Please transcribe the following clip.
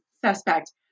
suspect